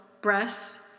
breasts